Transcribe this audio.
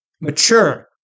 Mature